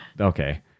Okay